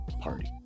party